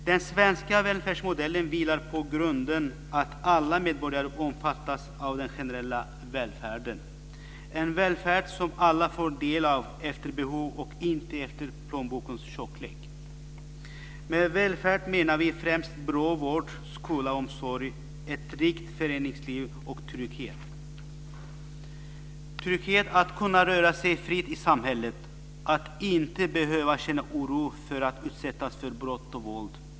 Den svenska välfärdsmodellen vilar på grunden att alla medborgare omfattas av den generella välfärden, en välfärd som alla får del av efter behov och inte efter plånbokens tjocklek. Med välfärd menar vi främst bra vård, skola och omsorg, ett rikt föreningsliv och trygghet - trygghet att kunna röra sig fritt i samhället och att inte behöva känna oro för att utsättas för brott och våld.